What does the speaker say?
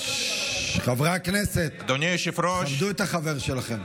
חברי הכנסת, תכבדו את החבר שלכם.